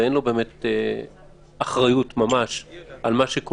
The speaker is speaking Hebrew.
ואין לו אחריות ממש על מה שקורה,